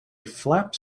flaps